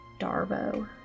Darbo